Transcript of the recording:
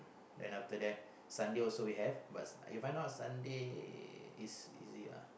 then after that Sunday also we have but If I not Sunday is easy lah